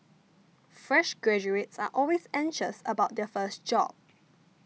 fresh graduates are always anxious about their first job